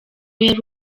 yari